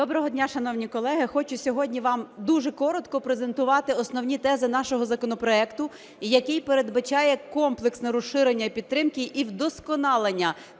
Доброго дня, шановні колеги! Хочу сьогодні вам дуже коротко презентувати основні тези нашого законопроекту, який передбачає комплексне розширення підтримки і вдосконалення